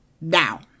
Now